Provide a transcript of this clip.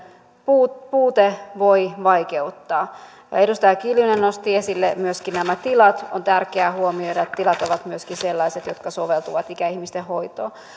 puute puute voi vaikeuttaa edustaja kiljunen nosti esille myöskin nämä tilat on tärkeää huomioida että tilat ovat myöskin sellaiset jotka soveltuvat ikäihmisten hoitoon